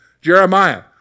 Jeremiah